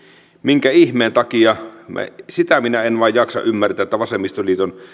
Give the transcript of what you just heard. minkä ihmeen takia sitä minä en vain jaksa ymmärtää vasemmistoliiton